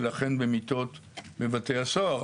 ולכן במיטות בבתי הסוהר.